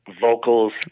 vocals